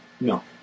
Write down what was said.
No